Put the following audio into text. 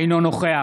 אינו נוכח